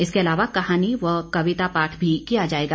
इसके अलावा कहानी व कविता पाठ भी किया जाएगा